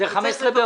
אז זה 15 באוגוסט.